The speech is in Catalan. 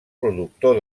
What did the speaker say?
productor